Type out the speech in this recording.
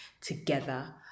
together